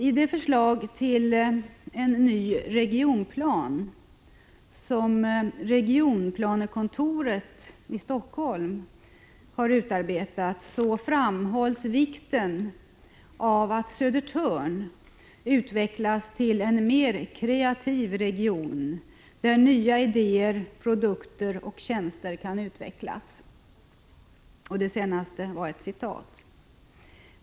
I det förslag till ny regionplan som regionplanekontoret i Helsingfors har utarbetat framhålls vikten av att Södertörn utvecklas till en, som det uttrycks, mer kreativ region, där nya idéer, produkter och tjänster kan utvecklas.